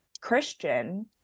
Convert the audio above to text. Christian